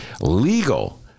legal